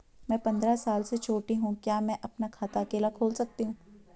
मैं पंद्रह साल से छोटी हूँ क्या मैं अपना खाता अकेला खोल सकती हूँ?